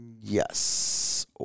Yes